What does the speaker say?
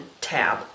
tab